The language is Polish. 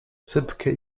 sypkie